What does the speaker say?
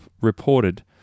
reported